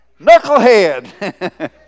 knucklehead